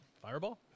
Fireball